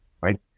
right